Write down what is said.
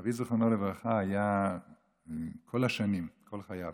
אבי, זיכרונו לברכה, היה כל השנים, כל חייו,